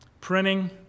printing